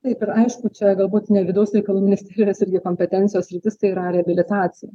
taip ir aišku čia galbūt ne vidaus reikalų ministerijos irgi kompetencijos sritis tai yra reabilitacija